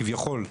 כביכול,